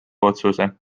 otsuse